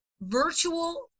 virtual